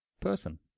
person